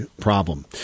problem